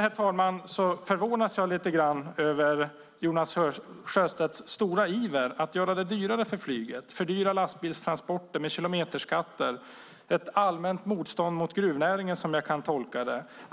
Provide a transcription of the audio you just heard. herr talman, förvånas jag lite grann över Jonas Sjöstedts stora iver att göra det dyrare för flyget och fördyra lastbilstransporter med kilometerskatter. Det är ett allmänt motstånd mot gruvnäringen, som jag kan tolka det.